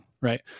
right